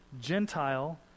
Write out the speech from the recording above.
Gentile